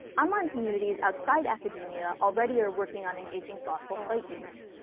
online communities outside academia already are working on engaging, thoughtful site use.